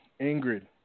Ingrid